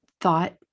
thought